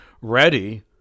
ready